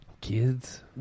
Kids